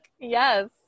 Yes